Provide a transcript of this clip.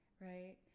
Right